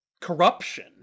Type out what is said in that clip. corruption